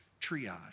triage